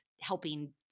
helping